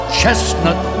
chestnut